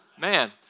Man